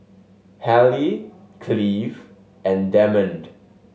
Hallie Cleave and Demond